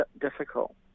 difficult